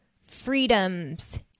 freedoms